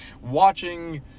watching